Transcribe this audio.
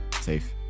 safe